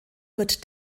wird